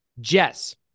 Jess